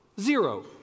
Zero